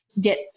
get